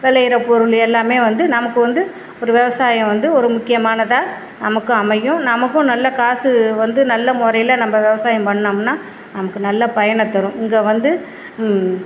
விளையிற பொருள் எல்லாம் வந்து நமக்கு வந்து ஒரு விவசாயம் வந்து ஒரு முக்கியமானதாக நமக்கு அமையும் நமக்கும் நல்ல காசு வந்து நல்ல முறையில நம்ம விவசாயம் பண்ணோம்னா நமக்கு நல்ல பயனை தரும் இங்கே வந்து